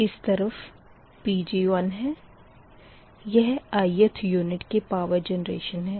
इस तरफ़ Pgi है यह ith यूनिट की पावर जेनरेशन है